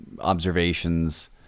observations